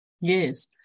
Yes